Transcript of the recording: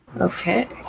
okay